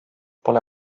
pole